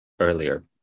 earlier